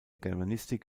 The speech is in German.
germanistik